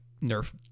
nerf